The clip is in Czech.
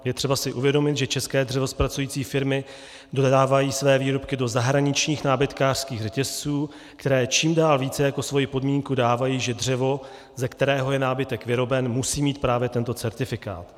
Je třeba si uvědomit, že české dřevozpracující firmy dodávají své výrobky do zahraničních nábytkářských řetězců, které čím dál více jako svoji podmínku dávají, že dřevo, ze kterého je nábytek vyroben, musí mít právě tento certifikát.